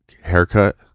haircut